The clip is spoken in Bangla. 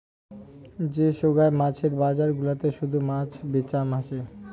যে সোগায় মাছের বজার গুলাতে শুধু মাছ বেচাম হসে